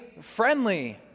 friendly